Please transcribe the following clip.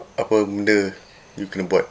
apa benda you kena buat